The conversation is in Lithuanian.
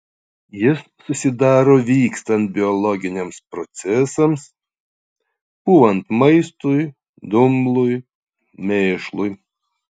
jis susidaro vykstant biologiniams procesams pūvant maistui dumblui mėšlui